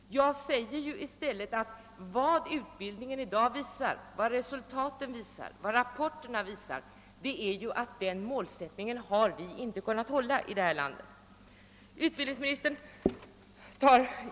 Jag säger i stället att vad rapporterna om resultatet av utbildningen visar är att vi inte har kunnat uppfylla den målsättningen.